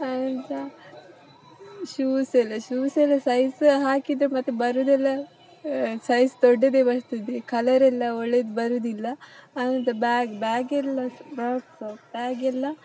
ಅಲ್ಲದೇ ಶೂಸೆಲ್ಲ ಶೂಸೆಲ್ಲ ಸೈಜ್ ಹಾಕಿದೆ ಮತ್ತು ಬರೋದೆಲ್ಲ ಸೈಜ್ ದೊಡ್ಡದೇ ಬರ್ತದೆ ಕಲರೆಲ್ಲ ಒಳ್ಳೇದು ಬರೋದಿಲ್ಲ ಆನಂತರ ಬ್ಯಾಗ್ ಬ್ಯಾಗೆಲ್ಲ ಬ್ಯಾಗ್ ಬ್ಯಾಗೆಲ್ಲ